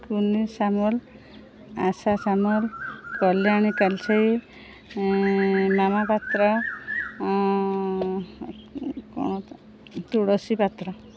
Kuni Samal Asha Samal Kalyani Kalsei Mama Patra Tulsi Patra